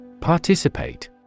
Participate